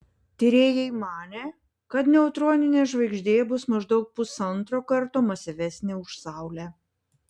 tyrėjai manė kad neutroninė žvaigždė bus maždaug pusantro karto masyvesnė už saulę